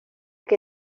que